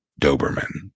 Doberman